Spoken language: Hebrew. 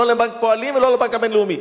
לא לבנק פועלים ולא לבנק הבינלאומי.